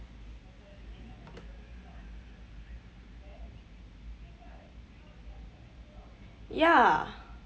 ya